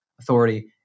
authority